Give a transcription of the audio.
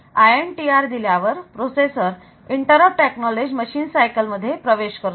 INTR दिल्यावर processor interrupt acknowledge machine cycle मध्ये प्रवेश करतो